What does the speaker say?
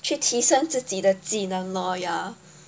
去提升自己的技能咯 ya